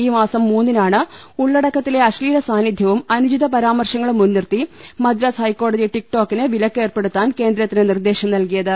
ഈ മാസം മൂന്നിനാണ് ഉള്ളടക്കത്തിലെ അശ്ലീല സാന്നിധ്യവും അനു ചിത പരാ മർശങ്ങളും മുൻനിർത്തി മദ്രാസ് ഹൈക്കോടതി ടിക് ടോകിന് വിലക്ക് ഏർപ്പെടുത്താൻ കേന്ദ്രത്തിന് നിർദ്ദേശം നല്കിയത്